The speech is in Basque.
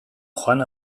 joan